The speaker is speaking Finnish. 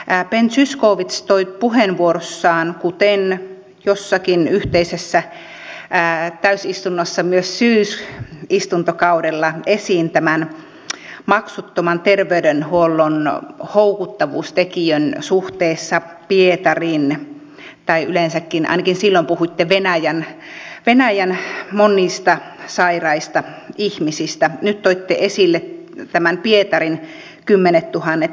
ben zyskowicz toi puheenvuorossaan kuten jossakin yhteisessä täysistunnossa myös syysistuntokaudella esiin tämän maksuttoman terveydenhuollon houkuttavuustekijän suhteessa pietariin tai yleensäkin ainakin silloin puhuitte venäjän monista sairaista ihmisistä nyt toitte esille pietarin kymmenettuhannet hiv potilaat